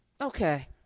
Okay